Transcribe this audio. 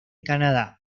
canadá